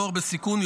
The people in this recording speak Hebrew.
נוער בסיכון,